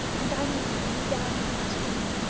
and diamond could see down into the streets.